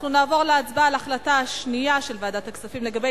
אנחנו נעבור להצבעה על ההחלטה השנייה של ועדת הכספים לגבי